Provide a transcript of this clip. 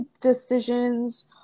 decisions